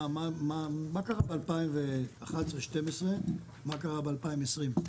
מה קרה ב-2011-12 ומה קרה ב-2020?